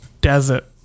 desert